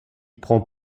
prend